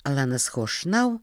alanas chošnau